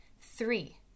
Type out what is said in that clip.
Three